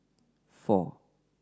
four